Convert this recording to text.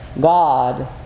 God